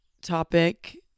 topic